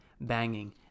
banging